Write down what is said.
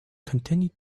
continued